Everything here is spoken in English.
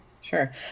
sure